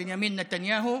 בנימין נתניהו,